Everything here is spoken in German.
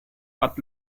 bad